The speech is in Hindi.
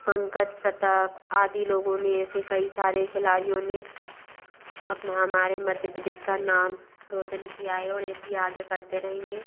पंकज सतप आदि लोगों ने ऐसे कई सारे खिलाड़ियों ने अब हमारे मध्य प्रदेश का नाम रोशन किया है और ऐसे ही आगे करते रहेंगे